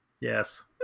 Yes